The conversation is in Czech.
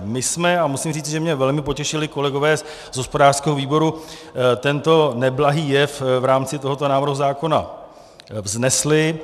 My jsme, a musím říci, že mě velmi potěšili kolegové z hospodářského výboru, tento neblahý jev v rámci tohoto návrhu zákona vznesli.